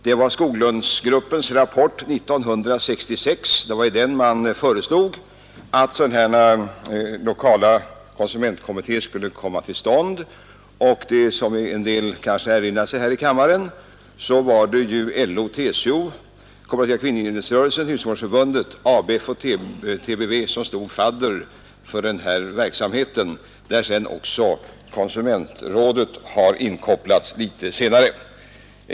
Det var i Skoglundsgruppens rapport 1966 man föreslog, att sådana här lokala konsumentkommittéer skulle komma till stånd. Som en del här i kammaren kanske erinrar sig var det LO, TCO, Kooperativa kvinnogillesrörelsen, Husmodersförbundet, ABF och TBV som stod fadder för den här verksamheten, men litet senare har också konsumentrådet inkopplats.